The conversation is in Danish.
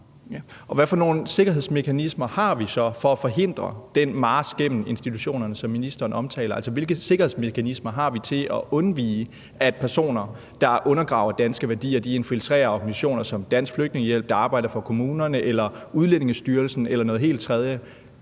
nogle sikkerhedsmekanismer har vi så for at forhindre den march gennem institutionerne, som ministeren omtaler? Hvilke sikkerhedsmekanismer har vi til at undvige, at personer, der undergraver danske værdier, infiltrerer organisationer som Dansk Flygtningehjælp, der arbejder for kommunerne, Udlændingestyrelsen eller noget helt tredje?